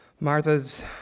Martha's